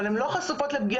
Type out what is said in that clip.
אבל הם לא חשופות מהעובדים,